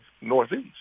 Northeast